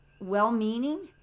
well-meaning